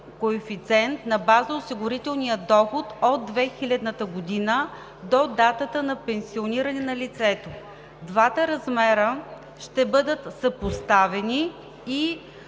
коефициент на база осигурителния доход от 2000 г. до датата на пенсиониране на лицето. Двата размера ще бъдат съпоставени и